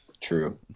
True